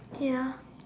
ya